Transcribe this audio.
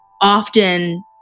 often